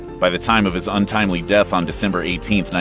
by the time of his untimely death on december eighteen,